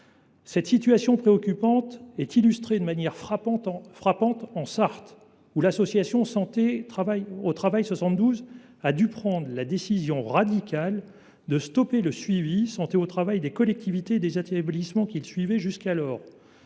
Cette situation préoccupante est illustrée de manière frappante dans la Sarthe, où l’association Santé au travail 72 a dû prendre la décision radicale d’arrêter le suivi en santé au travail des collectivités et des établissements qu’ils accompagnaient jusqu’alors.